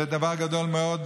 זה דבר גדול מאוד,